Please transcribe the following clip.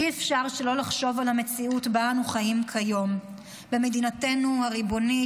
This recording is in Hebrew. אי-אפשר שלא לחשוב על המציאות שבה אנו חיים כיום במדינתנו הריבונית,